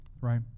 right